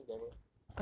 所以你要当 devil